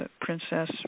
princess